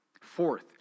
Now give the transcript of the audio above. Fourth